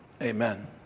Amen